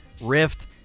rift